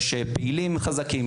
יש פעילים חזקים.